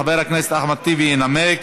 חבר הכנסת אחמד טיבי ינמק.